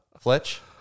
Fletch